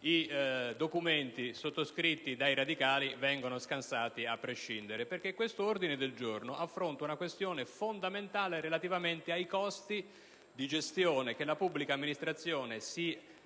i documenti sottoscritti dai radicali vengano scansati a prescindere. L'ordine del giorno G103 affronta una questione fondamentale relativamente ai costi di gestione che la pubblica amministrazione si assume